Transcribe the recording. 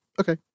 Okay